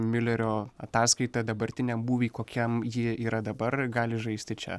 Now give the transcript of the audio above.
miulerio ataskaita dabartiniam būvy kokiam ji yra dabar gali žaisti čia